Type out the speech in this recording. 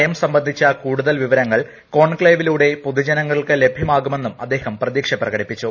നയം സംബന്ധിച്ച കൂടുതൽ വിവരങ്ങൾ കോൺക്ലേവിലൂടെ പൊതുജനങ്ങൾക്ക് ലഭ്യമാകുമെ ന്നും അദ്ദേഹം പ്രതീക്ഷ പ്രകടിപ്പിച്ചു